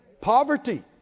Poverty